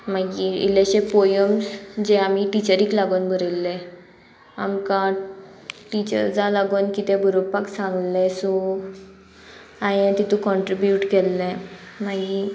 मागीर इल्लेशे पोयम्स जे आमी टिचरीक लागोन बरयल्ले आमकां टिचर्जा लागोन कितें बरोवपाक सांगले सो हांयें तितू कॉन्ट्रिब्यूट केल्ले मागी